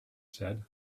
said